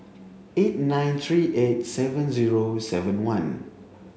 eight nine three eight seven zero seven one